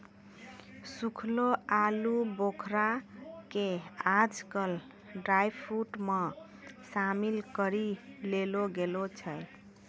सूखलो आलूबुखारा कॅ आजकल ड्रायफ्रुट मॅ शामिल करी लेलो गेलो छै